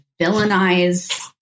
villainize